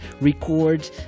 record